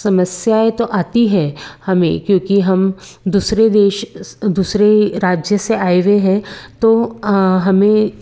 समस्याएँ तो आती हैं हमें क्योंकि हम दूसरे देश दूसरे राज्य से आए हुए हैं तो हमें